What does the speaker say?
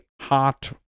hot